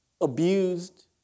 abused